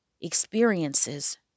experiences